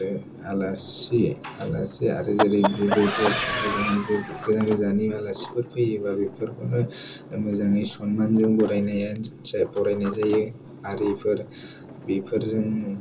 आरो आलासि आलासि आरो जेरै बेफोर गोजान गोजाननि आलासिफोर फैयोबा बेफोरखौनो मोजाङै सनमानजों बरायनाय जायो आरिफोर बेफोरजोंनो